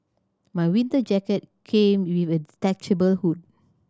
my winter jacket came with a detachable hood